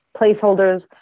placeholders